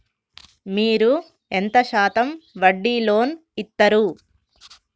మీరు ఎంత శాతం వడ్డీ లోన్ ఇత్తరు?